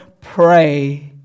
pray